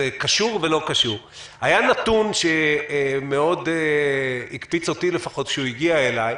זה קשור ולא קשור: היה נתון שמאוד הקפיץ אותי כשהוא הגיע אליי,